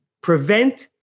prevent